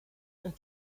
and